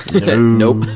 Nope